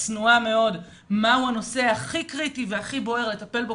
הנושא הכי קריטי והכי בוער לטפל בו